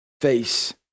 face